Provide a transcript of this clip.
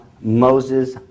Moses